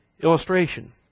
illustration